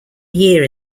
year